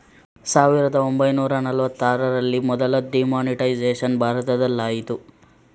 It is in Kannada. ಸಾವಿರದ ಒಂಬೈನೂರ ನಲವತ್ತರಲ್ಲಿ ಮೊದಲ ಡಿಮಾನಿಟೈಸೇಷನ್ ಭಾರತದಲಾಯಿತು